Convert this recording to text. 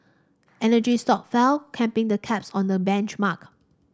energy stock fell capping the cups on the benchmark